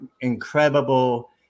incredible